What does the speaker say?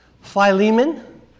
Philemon